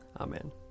Amen